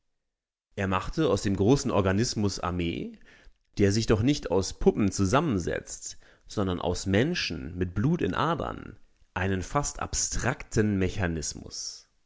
er machte aus dem großen organismus armee der sich doch nicht aus puppen zusammensetzt sondern aus menschen mit blut in adern einen fast abstrakten mechanismus